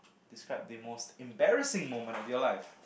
describe the most embarrassing moment of your life